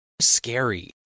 scary